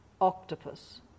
octopus